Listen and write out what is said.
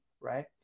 right